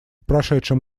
прошедшем